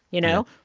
you know?